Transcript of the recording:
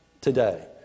today